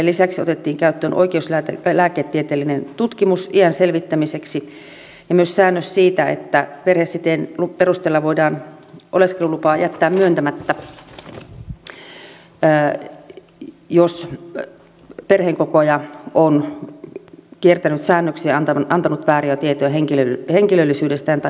lisäksi otettiin käyttöön oikeuslääketieteellinen tutkimus iän selvittämiseksi ja myös säännös siitä että perhesiteen perusteella voidaan oleskelulupa jättää myöntämättä jos perheenkokoaja on kiertänyt säännöksiä ja antanut vääriä tietoja henkilöllisyydestään tai perhesuhteistaan